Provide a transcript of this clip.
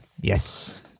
yes